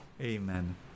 amen